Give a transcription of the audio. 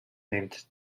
named